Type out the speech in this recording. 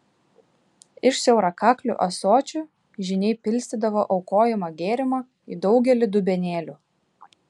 iš siaurakaklių ąsočių žyniai pilstydavo aukojamą gėrimą į daugelį dubenėlių